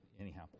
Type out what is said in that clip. anyhow